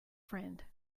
friend